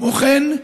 כמו כן,